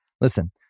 Listen